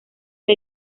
que